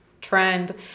Trend